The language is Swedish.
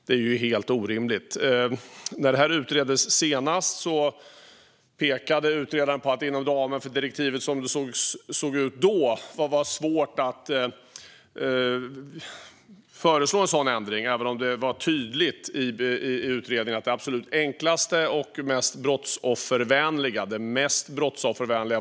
Det är ju helt orimligt. När det här utreddes senast var det tydligt i utredningen att det absolut enklaste och mest brottsoffervänliga skulle vara att staten betalar ut skadeståndet och sedan kräver detta från gärningspersonen, den skadeståndsskyldiga. Detta borde inte vara jättesvårt.